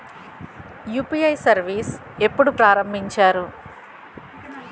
UPI service ఎప్పుడు ప్రారంభించారు?